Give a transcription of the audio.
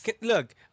Look